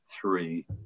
three